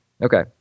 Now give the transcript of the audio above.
Okay